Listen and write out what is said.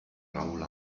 raúl